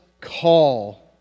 call